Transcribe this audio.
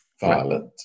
violent